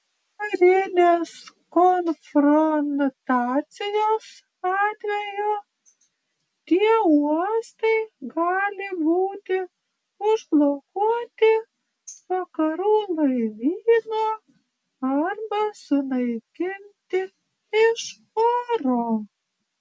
karinės konfrontacijos atveju tie uostai gali būti užblokuoti vakarų laivyno arba sunaikinti iš oro